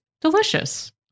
Delicious